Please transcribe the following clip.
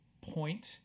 point